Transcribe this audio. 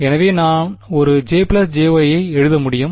எனவே நான் ஒரு J jY ஐ எழுத முடியும்